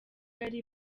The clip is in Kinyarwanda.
yari